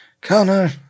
Connor